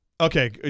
Okay